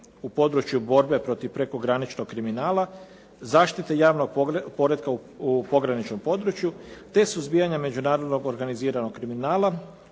u području borbe protiv prekograničnog kriminala zaštite javnog poretka u pograničnom području, te suzbijanja međunarodnog organiziranog kriminala